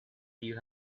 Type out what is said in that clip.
you